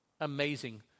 amazing